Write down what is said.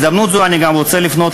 אתם תמיד